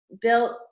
built